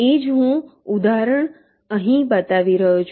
એ જ ઉદાહરણ હું અહીં બતાવી રહ્યો છું